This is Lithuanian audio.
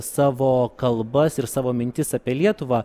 savo kalbas ir savo mintis apie lietuvą